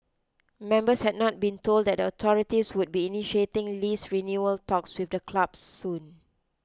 members had not been told that the authorities would be initiating lease renewal talks with the club soon